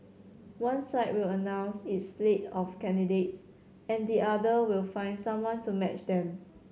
one side will announce its slate of candidates and the other will find someone to match them